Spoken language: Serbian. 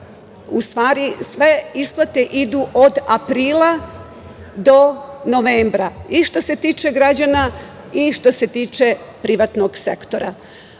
u stvari sve isplate idu od aprila do novembra i što se tiče građana i što se tiče privatnog sektora. Uvek